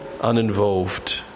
uninvolved